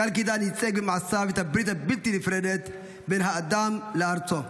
קאלקידן ייצג במעשיו את הברית הבלתי-נפרדת בין האדם לארצו,